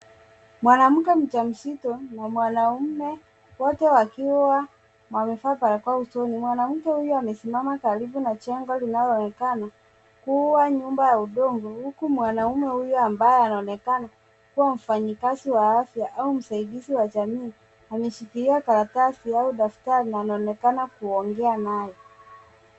Mwanamke mjamzito na mwanaume wote wakiwa wamevaa barakoa usoni, mwanamke huyo amesimama karibu na jengo linaloonekana kuwa nyumba ya udongo huku mwanaume huyo ambaye anaonekana kuwa mfanyikazi wa afya au msaidizi wa jamii, ameshikilia karatasi au daftari na anaonekana kuongea naye.